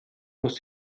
muss